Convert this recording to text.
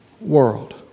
world